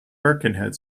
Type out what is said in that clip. birkenhead